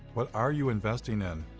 what are you investing in?